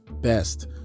best